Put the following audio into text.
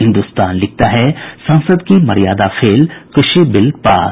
हिन्दुस्तान लिखता है संसद की मर्यादा फेल कृषि बिल पास